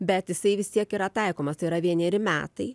bet jisai vis tiek yra taikomas tai yra vieneri metai